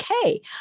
okay